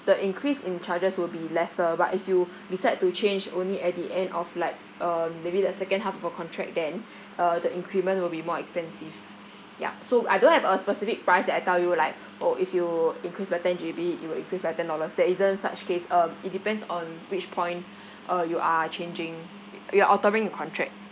the increase in charges will be lesser but if you decide to change only at the end of like um maybe the second half of your contract then uh the increment will be more expensive yup so I don't have a specific price that I tell you like orh if you increase by ten G_B it will increase by ten dollars there isn't such case um it depends on which point uh you are changing you are altering your contract